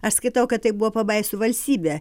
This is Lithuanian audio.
aš skaitau kad tai buvo pabaisų valstybė